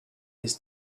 his